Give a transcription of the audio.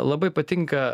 labai patinka